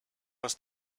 was